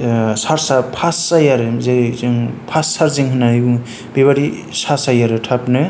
सार्सा fast जायो आरो fast सार्जिं होननानै बुङो बेबायदि सार्ज जायो आरो थाबनो